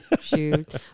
shoot